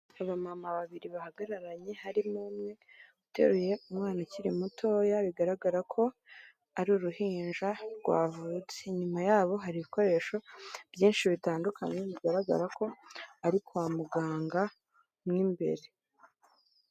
Abamama babiri bahagararanye harimo umwe uteruye umwana ukiri mutoya bigaragara ko ari uruhinja rwavutse, inyuma yabo hari ibikoresho byinshi bitandukanye bigaragara ko ari kwa muganga mo imbere.